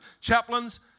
chaplains